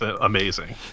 amazing